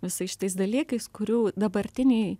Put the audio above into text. visais šitais dalykais kurių dabartiniai